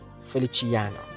Feliciano